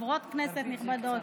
חברות כנסת נכבדות,